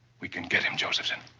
we can get him, josephson.